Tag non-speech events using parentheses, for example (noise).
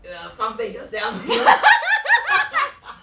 err 方便 yourself you know (laughs)